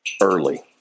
early